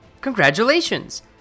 congratulations